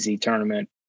tournament